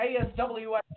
ASWS